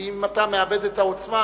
כי אם אתה מאבד את העוצמה,